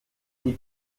die